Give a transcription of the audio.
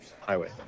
Highway